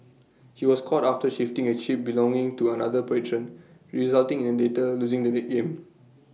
he was caught after shifting A chip belonging to another patron resulting in latter losing the that game